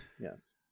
yes